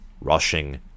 rushing